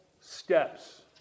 steps